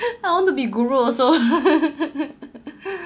I want to be guru also